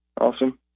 Awesome